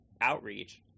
outreach